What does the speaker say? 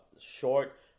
short